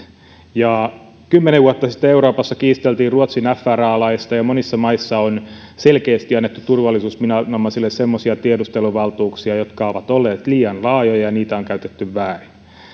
kymmenen vuotta sitten euroopassa kiisteltiin ruotsin fra laista ja ja monissa maissa on selkeästi annettu turvallisuusviranomaisille semmoisia tiedusteluvaltuuksia jotka ovat olleet liian laajoja ja niitä on käytetty väärin